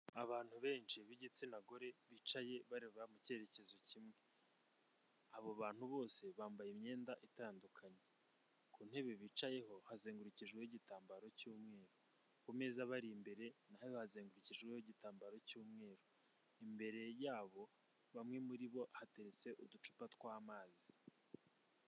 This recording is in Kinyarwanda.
Abantu benshi b'igitsina gore bicaye bareba mu cyerekezo kimwe, abo bantu bose bambaye imyenda itandukanye, ku ntebe bicayeho hazengurukijweho igitambaro cy'umweru, ku meza abari imbere naho hazengurukijweho igitambaro cy'umweru, imbere yabo bamwe muri bo hateretse uducupa tw'amazi.